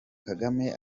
kagame